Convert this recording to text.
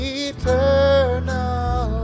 eternal